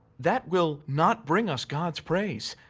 that will not bring us god's praise.